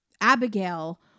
abigail